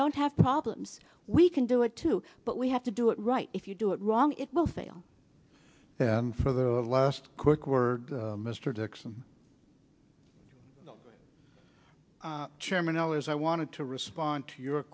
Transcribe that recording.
don't have problems we can do it too but we have to do it right if you do it wrong it will fail then for the last quick word mr dixon chairman ehlers i wanted to respond to your